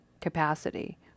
capacity